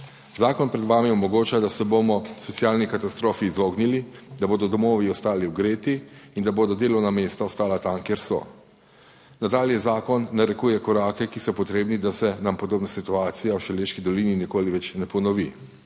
Zakon pred vami omogoča, da se bomo socialni katastrofi izognili, da bodo domovi ostali ogreti in da bodo delovna mesta ostala tam, kjer so. Nadalje, zakon narekuje korake, ki so potrebni, da se nam podobna situacija v Šaleški dolini nikoli več ne ponovi.